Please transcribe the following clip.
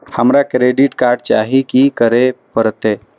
हमरा credit card चाही की करे परतै?